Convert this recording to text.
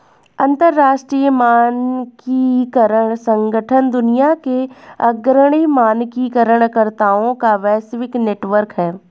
अंतर्राष्ट्रीय मानकीकरण संगठन दुनिया के अग्रणी मानकीकरण कर्ताओं का वैश्विक नेटवर्क है